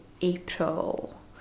April